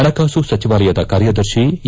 ಪಣಕಾಸು ಸಚಿವಾಲಯದ ಕಾರ್ಯದರ್ತಿ ಎ